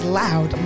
loud